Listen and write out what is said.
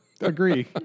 Agree